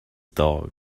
dog